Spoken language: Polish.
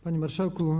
Panie Marszałku!